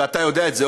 ואתה יודע את זה,